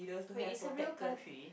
wait is a real country